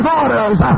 orders